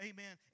Amen